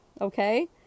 okay